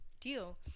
deal